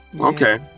Okay